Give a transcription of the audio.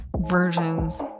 versions